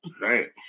Right